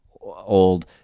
old